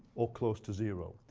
or close to zero.